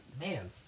Man